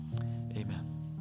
Amen